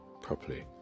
properly